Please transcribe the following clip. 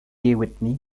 whitney